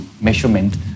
measurement